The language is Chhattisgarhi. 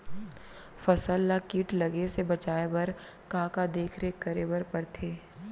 फसल ला किट लगे से बचाए बर, का का देखरेख करे बर परथे?